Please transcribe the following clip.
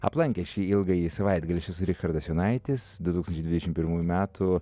aplankė šį ilgąjį savaitgalį aš esu richardas jonaitis du tūkstančiai dvidešimt pirmųjų metų